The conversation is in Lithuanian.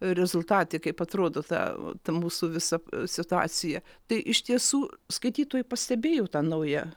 rezultatai kaip atrodo ta ta mūsų visa situacija tai iš tiesų skaitytojai pastebėjo tą naują